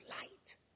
light